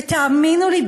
ותאמינו לי,